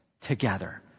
together